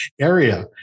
area